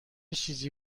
چیزی